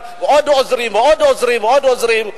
עם עוד עוזרים ועוד עוזרים ועוד עוזרים.